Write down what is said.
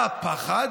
מה הפחד?